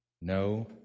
No